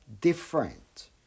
different